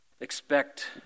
Expect